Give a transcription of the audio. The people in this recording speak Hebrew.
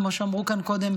כמו שאמרו כאן קודם,